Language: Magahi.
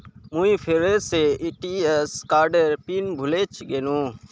मुई फेरो से ए.टी.एम कार्डेर पिन भूले गेनू